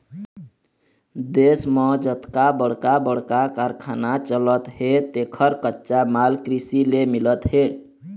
देश म जतका बड़का बड़का कारखाना चलत हे तेखर कच्चा माल कृषि ले मिलत हे